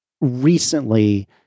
recently